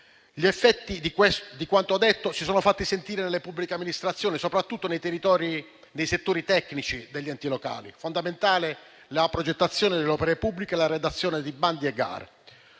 Gli effetti di quanto detto si sono fatti sentire nelle pubbliche amministrazioni, soprattutto nei settori tecnici degli enti locali, fondamentali per la progettazione delle opere pubbliche e per la redazione di bandi e gare.